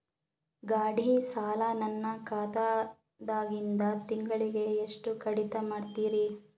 ಗಾಢಿ ಸಾಲ ನನ್ನ ಖಾತಾದಾಗಿಂದ ತಿಂಗಳಿಗೆ ಎಷ್ಟು ಕಡಿತ ಮಾಡ್ತಿರಿ?